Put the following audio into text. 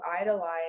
idolize